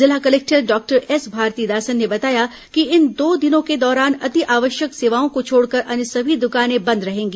जिला collector doctor S Bharathidasan ने बताया कि इन दो दिनों के दौरान अति आवश्यक सेवाओं को छोड़कर अन्य सभी दुकानें बंद रहेंगी